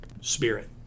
spirit